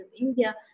India